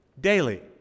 Daily